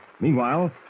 meanwhile